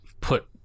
put